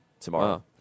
tomorrow